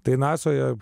tai nasoje